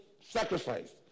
sacrificed